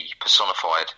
personified